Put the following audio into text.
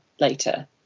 later